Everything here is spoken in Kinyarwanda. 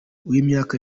w’imyaka